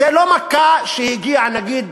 זו לא מכה שהגיעה, נגיד,